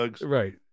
Right